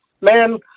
Man